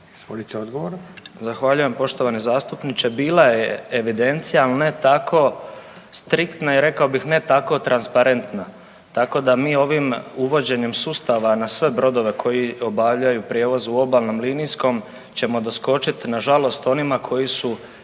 Zahvaljujem poštovani zastupniče. Bila je evidencija, al ne tako striktna i rekao bih ne tako transparentna, tako da mi ovim uvođenjem sustava na sve brodove koji obavljaju prijevoz u obalnom linijskom ćemo doskočit nažalost onima koji su